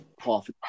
half